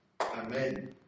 Amen